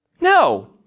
No